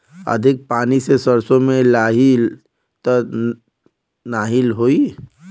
अधिक पानी से सरसो मे लाही त नाही होई?